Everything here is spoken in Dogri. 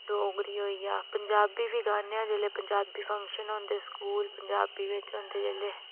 डोगरी होई गेआ पंजाबी बी गान्ने आं जेल्लै पंजाबी फंक्शन होंदे स्कूल पंजाबी बिच होंदे जेल्लै